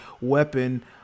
weapon